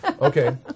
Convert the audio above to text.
Okay